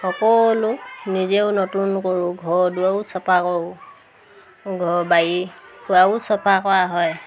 সকলো নিজেও নতুন কৰোঁ ঘৰ দুৱাৰো চফা কৰোঁ ঘৰ বাৰী ফুৰাও চফা কৰা হয়